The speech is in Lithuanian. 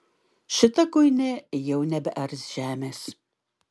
šita kuinė jau nebears žemės